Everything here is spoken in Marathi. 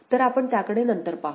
तर आपण त्याकडे नंतर पाहू